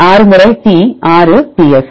6 முறை T 6 Ts